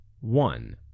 one